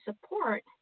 support